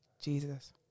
Jesus